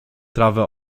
trawę